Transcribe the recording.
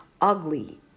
ugly